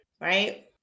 Right